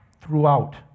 throughout